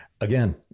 again